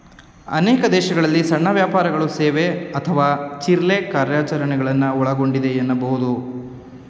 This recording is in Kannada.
ಅನೇಕ ದೇಶಗಳಲ್ಲಿ ಸಣ್ಣ ವ್ಯಾಪಾರಗಳು ಸೇವೆ ಅಥವಾ ಚಿಲ್ರೆ ಕಾರ್ಯಾಚರಣೆಗಳನ್ನ ಒಳಗೊಂಡಿದೆ ಎನ್ನಬಹುದು